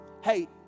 Hey